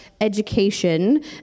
education